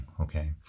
okay